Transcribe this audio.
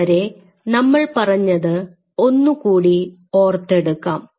ഇതുവരെ നമ്മൾ പറഞ്ഞത് ഒന്നുകൂടി ഓർത്തെടുക്കാം